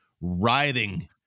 writhing